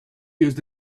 used